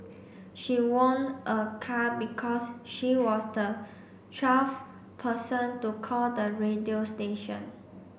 she won a car because she was the twelfth person to call the radio station